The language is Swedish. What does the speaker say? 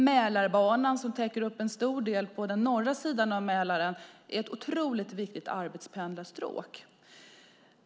Mälarbanan som täcker upp en stor del på den norra sidan av Mälaren är ett otroligt viktigt arbetspendlingsstråk.